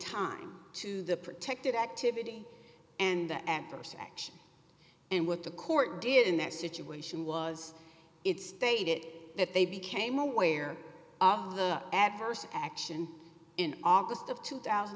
time to the protected activity and the adverse action and what the court did in that situation was it stated that they became aware of the adverse action in august of two thousand